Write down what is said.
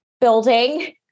building